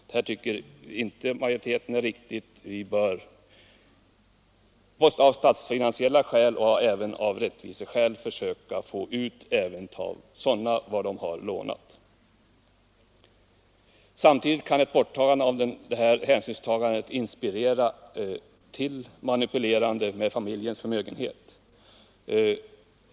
Detta tycker inte utskottsmajoriteten är riktigt utan anser att man både av statsfinansiella skäl och av rättviseskäl bör försöka att även av sådana makar ta ut vad de har lånat. Samtidigt kan emellertid slopandet av detta hänsynstagande inspirera till manipulerande med familjens förmögenhet.